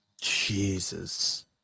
Jesus